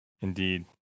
Indeed